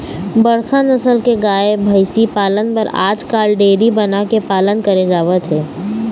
बड़का नसल के गाय, भइसी पालन बर आजकाल डेयरी बना के पालन करे जावत हे